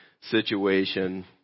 situation